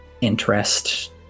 interest